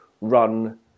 run